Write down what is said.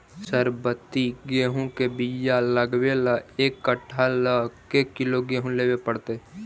सरबति गेहूँ के बियाह लगबे ल एक कट्ठा ल के किलोग्राम गेहूं लेबे पड़तै?